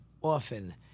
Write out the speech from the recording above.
often